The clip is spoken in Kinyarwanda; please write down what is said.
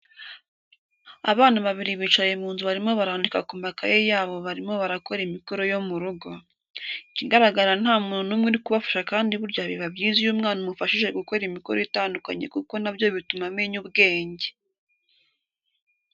Abana babiri bicaye mu nzu barimo barandika ku makaye yabo barimo barakora imikoro yo mu rugo, ikigaraga nta muntu numwe uri kubafasha kandi burya biba byiza iyo umwana umufashije gukora imikoro itandukanye kuko nabyo bituma amenya ubwenge.